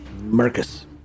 Marcus